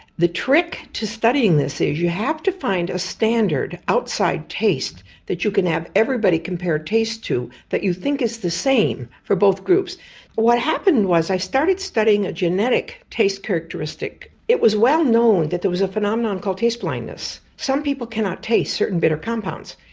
the trick to studying this is you have to find a standard outside taste that you can have everybody compare taste to that you think is the same for both groups. but what happened was i started studying a genetic taste characteristic. it was well known that there was a phenomenon called taste blindness. some people cannot taste certain bitter compounds,